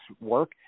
work